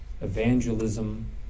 evangelism